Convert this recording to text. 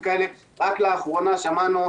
ואותנו,